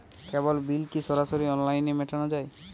কেবল bill কি সরাসরি অনলাইনে মেটানো য়ায়?